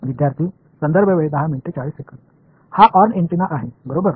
हा horn antenna आहे बरोबर